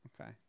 Okay